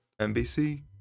NBC